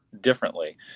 differently